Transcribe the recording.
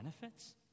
benefits